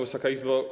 Wysoka Izbo!